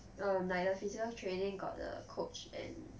um like the physical training got the coach and